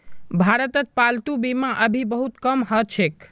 भारतत पालतू बीमा अभी बहुत कम ह छेक